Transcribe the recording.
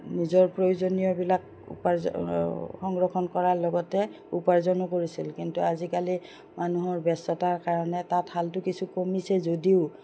নিজৰ প্ৰয়োজনীয়বিলাক সংৰক্ষণ কৰাৰ লগতে উপাৰ্জনো কৰিছিল কিন্তু আজিকালি মানুহৰ ব্যস্ততাৰ কাৰণে তাঁতশালটো কিছু কমিছে যদিও